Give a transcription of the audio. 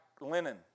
linen